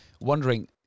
wondering